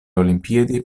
olimpiadi